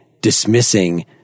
dismissing